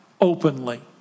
openly